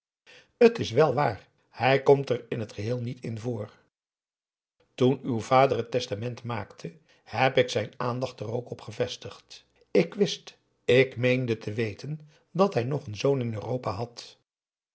het is wèl waar hij komt er in t geheel niet in voor toen uw vader het testament maakte heb ik zijn aandacht er ook op gevestigd ik wist ik meende te weten dat hij nog een zoon in europa had